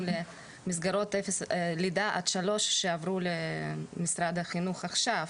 למסגרות לידה עד שלוש שעברו למשרד החינוך עכשיו.